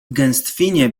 gęstwinie